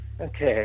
Okay